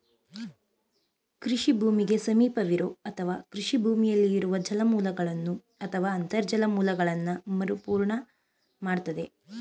ಕೃಷಿ ಭೂಮಿಗೆ ಸಮೀಪವಿರೋ ಅಥವಾ ಕೃಷಿ ಭೂಮಿಯಲ್ಲಿ ಇರುವ ಜಲಮೂಲಗಳನ್ನು ಅಥವಾ ಅಂತರ್ಜಲ ಮೂಲಗಳನ್ನ ಮರುಪೂರ್ಣ ಮಾಡ್ತದೆ